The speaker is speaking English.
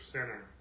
Center